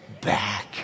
back